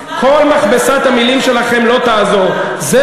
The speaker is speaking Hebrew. ארגוני סיוע,